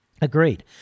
agreed